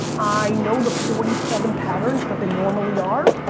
i know the forty seven patterns that they normally are.